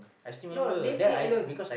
no leave it alone